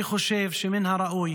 אני חושב שמן הראוי